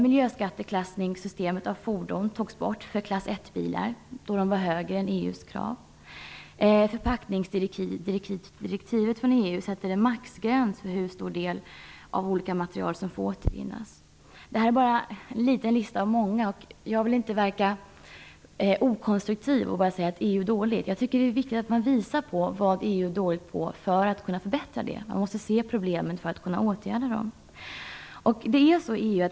Miljöskatteklassningssystemet av fordon togs bort för klass I-bilar, då kraven var högre än EU:s. Förpackningsdirektivet för EU sätter en maxgräns för hur stor del av olika material som får återvinnas. Det här är bara en kort lista. Jag vill inte verka okonstruktiv och bara säga att EU är någonting dåligt. Jag tycker att det är viktigt att man visar vad EU är dålig på för att kunna bättra det. Man måste se problemen för att kunna åtgärda dem.